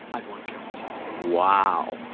i'd want to kill myself. wow.